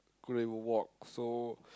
couldn't even walk so